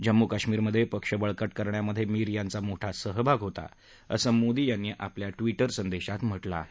जम्मू कश्मीरमधे पक्ष बळकट करण्यामधे मीर यांचा मोठा सहभाग होता असं मोदी यांनी आपल्या ट्विटर संदेशात म्हटलं आहे